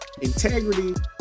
Integrity